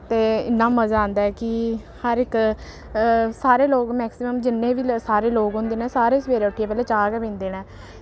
ते इन्ना मजा औंदा ऐ कि हर इक सारे लोक मैक्सिमम जिन्ने बी सारे लोक होंदे न सारे सवेरै उट्ठियै पैह्लें चाह् गै पींदे न